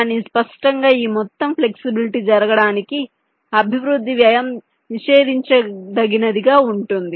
కానీ స్పష్టంగా ఈ మొత్తం ఫ్లెక్సిబిలిటి జరగడానికి అభివృద్ధి వ్యయం నిషేధించదగినదిగా ఉంటుంది